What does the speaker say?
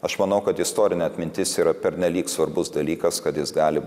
aš manau kad istorinė atmintis yra pernelyg svarbus dalykas kad jis gali